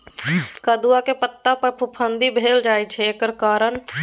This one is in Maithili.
कदुआ के पता पर फफुंदी भेल जाय छै एकर कारण?